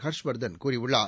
ஹர்ஷ்வா்தன் கூறியுள்ளார்